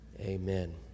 Amen